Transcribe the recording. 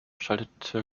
schaltete